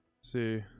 see